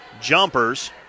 jumpers